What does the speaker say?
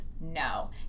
No